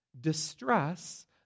Distress